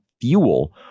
fuel